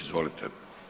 Izvolite.